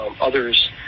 others